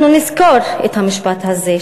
אנחנו נזכור את המשפט הזה,